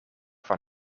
van